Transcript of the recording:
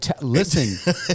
listen